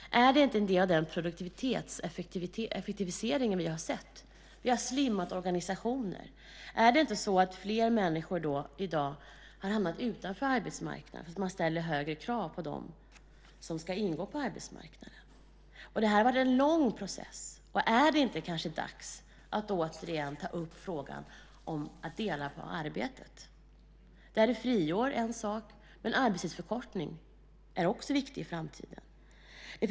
Är det inte en del av den produktivitetseffektivisering som vi har sett? Vi har slimmat organisationer. Är det inte så att fler människor i dag har hamnat utanför arbetsmarknaden därför att man ställer högre krav på dem som ska ingå där? Det har varit en lång process. Är det kanske inte dags att återigen ta upp frågan om att dela på arbetet? Friår är en sak, och arbetstidsförkortning är också viktig i framtiden.